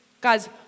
Guys